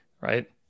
right